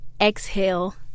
Exhale